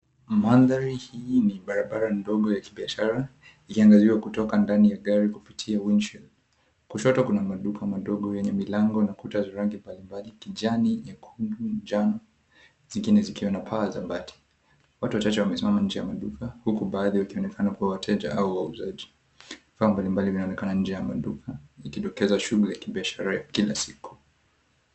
Madhari hii ni barabara ndogo ya kibiashara ikiangaziwa kutoka ndani gari kupitia windshield . Kushoto kuna maduka yenye milango na kuta za rangi mbalimbali. Kijani, nyekundu, njano, zingine zikiwa na paa za bati. Watu wachache wamesimama nje ya duka huku baadhi yao wakionekana kuwa wateja au wauzaji. Vifaa mbalimbali vinaonekana nje ya maduka ikidokeza shughuli ya biashara ya kila siku.